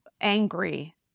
angry